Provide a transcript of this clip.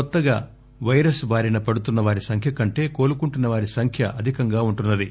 కొత్తగా పైరస్ బారిన పడుతున్న వారి సంఖ్య కంటే కోలుకుంటున్న వారి సంఖ్య అధికంగా ఉంటున్నది